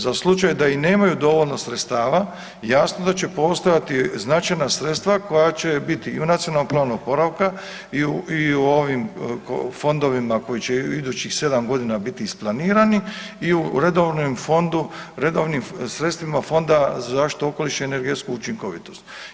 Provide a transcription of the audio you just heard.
Za slučaj da i nemaju dovoljno sredstava, jasno da će postojati značajna sredstva koja će biti i u nacionalnom planu oporavka i u ovim fondovima koji će idućih 7 godina biti isplanirani i u redovnom fondu, redovnim sredstvima Fonda za zaštitu okoliša i energetsku učinkovitost.